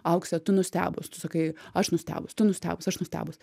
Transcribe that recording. aukse tu nustebus tu sakai aš nustebus tu nustebus aš nustebus